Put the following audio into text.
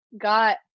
got